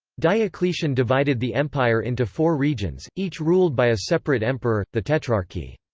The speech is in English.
diocletian divided the empire into four regions, each ruled by a separate emperor, the tetrarchy.